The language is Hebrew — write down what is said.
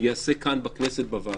ייעשה כאן בכנסת בוועדה.